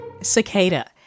Cicada